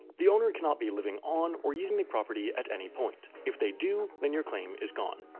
the owner cannot be living on or using the property at any point if they do, then your claim is gone.